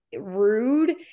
rude